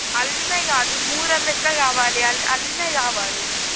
అల్లనవి కాదు మూర లెక్క కావాలి అల్లినవి కావాలి